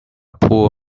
poor